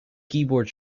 keyboard